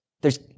There's-